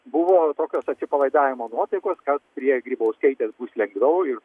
buvo tokios atsipalaidavimo nuotaikos prie grybauskaitės bus lengviau ir